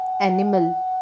animal